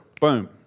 Boom